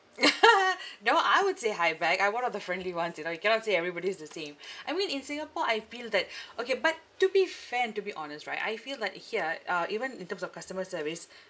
no I would say hi back I'm one of the friendly ones you know you cannot say everybody's the same I mean in singapore I feel that okay but to be fair and to be honest right I feel that here uh even in terms of customer service